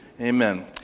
Amen